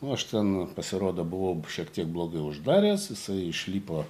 nu aš ten pasirodo buvau šiek tiek blogai uždaręs jisai išlipo